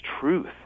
truth